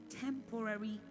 temporary